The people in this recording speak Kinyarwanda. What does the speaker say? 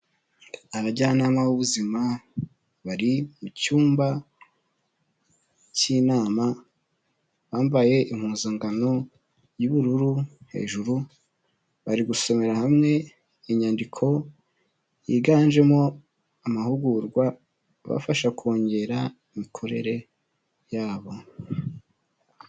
Abajyanama b'ubuzima bari mu cyumba cy'inama bambaye impuzangano y'ubururu, hejuru bari gusomera hamwe inyandiko yiganjemo amahugurwa abafasha kongera imikorere yabo.